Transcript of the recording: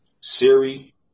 Siri